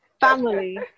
Family